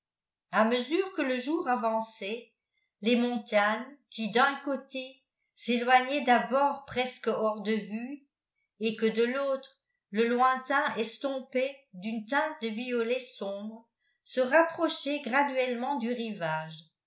a mesure que le jour avançait les montagnes qui d'un côté s'éloignaient d'abord presque hors de vue et que de l'autre le lointain estompait d'une teinte de violet sombre se rapprochaient graduellement du rivage